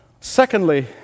Secondly